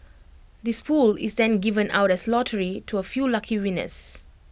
this pool is then given out as lottery to A few lucky winners